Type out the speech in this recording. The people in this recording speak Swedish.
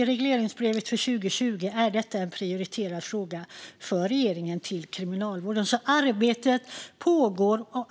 I regleringsbrevet till Kriminalvården för 2020 är detta också en prioriterad fråga för regeringen.